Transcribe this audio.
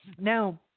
Now